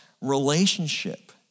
relationship